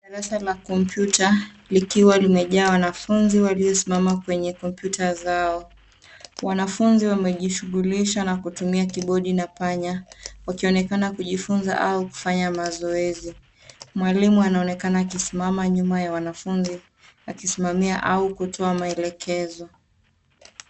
Darasa la kompyuta likiwa limejaa wanafunzi waliosimama kwenye kompyuta zao. Wanafunzi wamejishugulisha na kutumia kibodi na panya wakionekana kujifunza au kufanya mazoezi. Mwalimu anaonekana akisimama nyuma ya wanafunzi akisimamia au kutoa maelekezo.